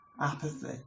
apathy